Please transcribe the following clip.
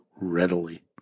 readily